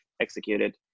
executed